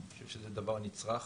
שזה דבר הכרחי,